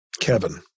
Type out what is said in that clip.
Kevin